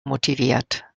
motiviert